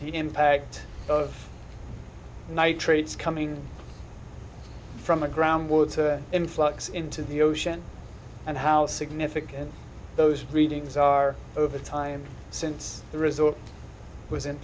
the impact of nitrates coming from the ground would to influx into the ocean and how significant those readings are over time since the resort w